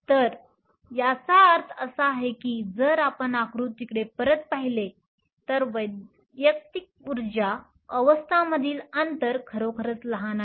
तर याचा अर्थ असा आहे की जर आपण आकृतीकडे परत पाहिले तर वैयक्तिक ऊर्जा अवस्थांमधील अंतर खरोखरच लहान आहे